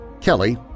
Kelly